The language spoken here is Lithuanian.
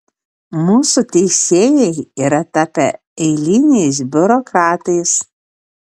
mūsų teisėjai yra tapę eiliniais biurokratais